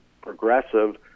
progressive